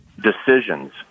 decisions